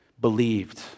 believed